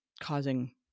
causing